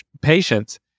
patients